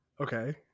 Okay